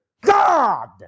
God